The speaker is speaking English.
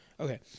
Okay